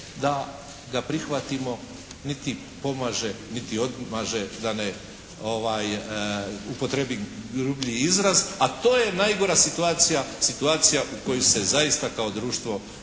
da ga prihvatimo niti pomaže niti odmaže da ne upotrijebim grublji izraz. A to je najgora situacija, situacija u kojoj se zaista kao društvo